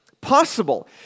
possible